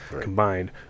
combined